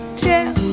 tell